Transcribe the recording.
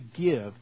give